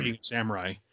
samurai